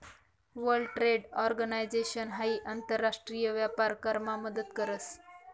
world trade organisation हाई आंतर राष्ट्रीय व्यापार करामा मदत करस